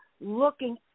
looking